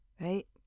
Right